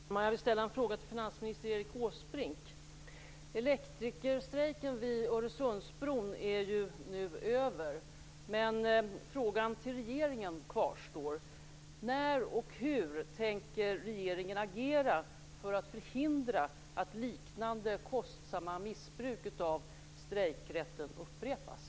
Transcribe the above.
Herr talman! Jag vill ställa en fråga till finansminister Erik Åsbrink. Elektrikerstrejken vid Öresundsbron är nu över, men frågan till regeringen kvarstår: När och hur tänker regeringen agera för att förhindra att liknande kostsamma missbruk av strejkrätten upprepas?